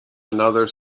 another